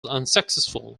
unsuccessful